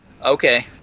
Okay